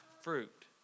fruit